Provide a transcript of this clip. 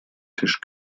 tisch